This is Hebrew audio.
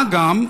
מה גם,